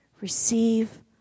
receive